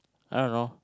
I don't know